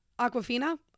Aquafina